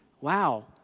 wow